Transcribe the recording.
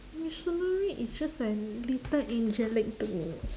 mitsunari is just a little angelic to me